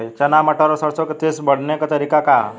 चना मटर और सरसों के तेजी से बढ़ने क देशी तरीका का ह?